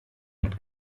mit